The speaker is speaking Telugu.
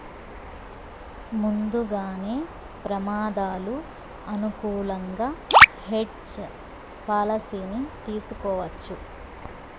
ముందుగానే ప్రమాదాలు అనుకూలంగా హెడ్జ్ పాలసీని తీసుకోవచ్చు